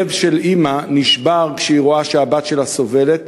לב של אימא נשבר כשהיא רואה שהבת שלה סובלת,